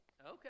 Okay